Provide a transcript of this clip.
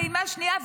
פעימה שנייה,